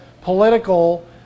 political